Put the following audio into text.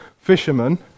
fishermen